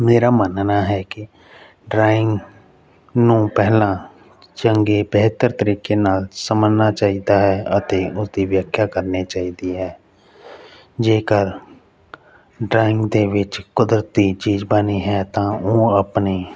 ਮੇਰਾ ਮੰਨਣਾ ਹੈ ਕਿ ਡਰਾਇੰਗ ਨੂੰ ਪਹਿਲਾਂ ਚੰਗੇ ਬਿਹਤਰ ਤਰੀਕੇ ਨਾਲ ਸਮਝਣਾ ਚਾਹੀਦਾ ਹੈ ਅਤੇ ਉਸਦੀ ਵਿਆਖਿਆ ਕਰਨੀ ਚਾਹੀਦੀ ਹੈ ਜੇਕਰ ਡਰਾਇੰਗ ਦੇ ਵਿੱਚ ਕੁਦਰਤੀ ਚੀਜ਼ ਬਣੀ ਹੈ ਤਾਂ ਉਹ ਆਪਣੇ